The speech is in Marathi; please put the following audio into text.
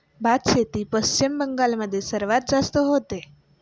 भातशेती पश्चिम बंगाल मध्ये सर्वात जास्त होते